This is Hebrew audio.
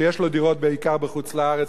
שיש לו דירות בעיקר בחוץ-לארץ,